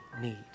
need